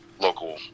local